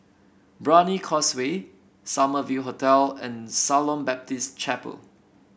Brani Causeway Summer View Hotel and Shalom Baptist Chapel